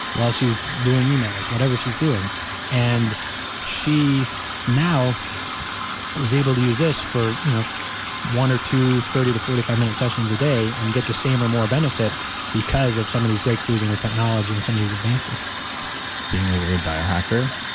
while she's doing emails, whatever she's doing and she now but is able to use this for you know one or two thirty to forty five minute sessions a day and get the same or more benefit because of some of these breakthroughs in the technology and some of these advances being a weird biohacker,